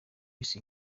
isi